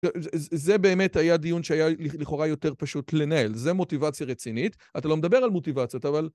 זה באמת היה דיון שהיה לכאורה יותר פשוט לנהל, זו מוטיבציה רצינית. אתה לא מדבר על מוטיבציות, אבל...